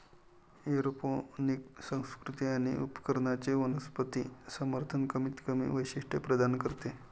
aeroponic संस्कृती आणि उपकरणांचे वनस्पती समर्थन कमीतकमी वैशिष्ट्ये प्रदान करते